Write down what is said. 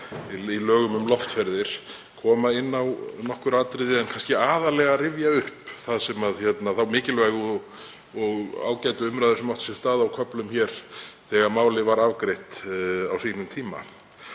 í lögum um loftferðir koma inn á nokkur atriði en kannski aðallega rifja upp þá mikilvægu og ágætu umræðu sem átti sér stað á köflum hér þegar málið var afgreitt á sínum tíma.